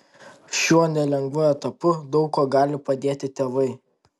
šiuo nelengvu etapu daug kuo gali padėti tėvai